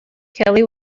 kelly